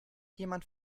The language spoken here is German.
jemand